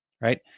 right